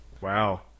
Wow